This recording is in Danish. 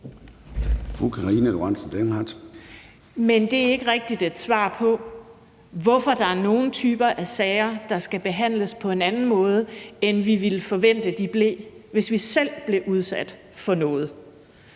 Det var ikke rigtig et svar på, hvorfor der er nogle typer af sager, der skal behandles på en anden måde, end vi ville forvente de blev, hvis vi selv blev udsat for noget.